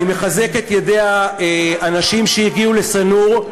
אני מחזק את ידי האנשים שהגיעו לשא-נור.